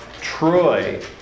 Troy